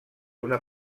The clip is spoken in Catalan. una